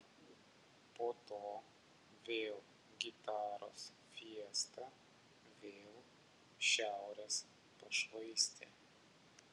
po to vėl gitaros fiesta vėl šiaurės pašvaistė